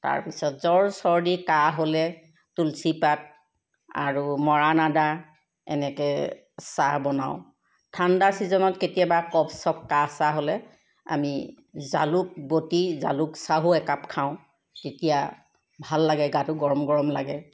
তাৰপিছত জ্বৰ চৰ্দি কাঁহ হ'লে তুলসী পাত আৰু মৰাণ আদা এনেকৈ চাহ বনাওঁ ঠাণ্ডা চিজনত কেতিয়াবা কফ চফ কাহ চাহ হ'লে আমি জালুক বতি জালুক চাহো এপাক খাওঁ তেতিয়া ভাল লাগে গাটো গৰম গৰম লাগে